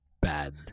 bad